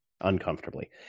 uncomfortably